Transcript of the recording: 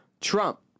Trump